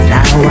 Now